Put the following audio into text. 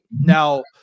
now